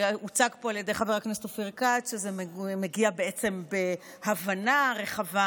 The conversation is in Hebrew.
שהוצג פה על ידי חבר הכנסת אופיר כץ שזה מגיע בעצם בהבנה רחבה,